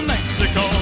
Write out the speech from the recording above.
Mexico